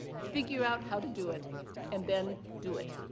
figure out how to do it and then do it.